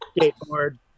skateboard